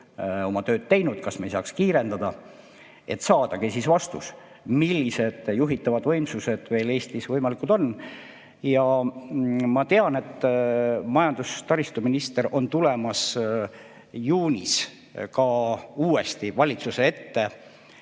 oma tööd teinud, kas me ei saaks seda kiirendada, et saada vastus, millised juhitavad võimsused Eestis veel võimalikud on. Ma tean, et majandus- ja taristuminister tuleb juunis uuesti valitsuse ette,